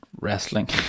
Wrestling